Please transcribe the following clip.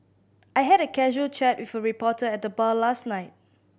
I had a casual chat with a reporter at the bar last night